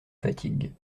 fatigue